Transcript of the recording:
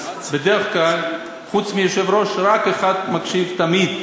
אז בדרך כלל חוץ מהיושב-ראש רק אחד מקשיב תמיד,